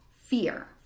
fear